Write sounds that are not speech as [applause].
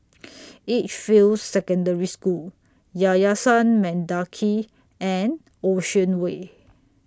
[noise] Edgefield Secondary School Yayasan Mendaki and Ocean Way